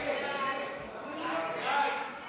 ההצעה להעביר את הצעת חוק הרשויות המקומיות (בחירת ראש הרשות